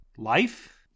Life